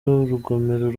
urugomero